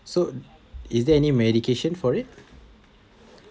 so is there any medication for it